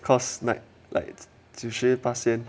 cause night like 只是 pass